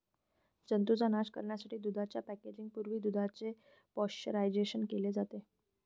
जंतूंचा नाश करण्यासाठी दुधाच्या पॅकेजिंग पूर्वी दुधाचे पाश्चरायझेशन केले जाते